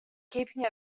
keeping